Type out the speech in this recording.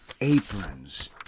aprons